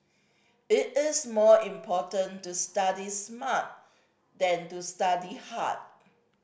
it is more important to study smart than to study hard